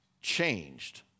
changed